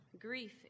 Grief